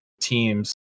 teams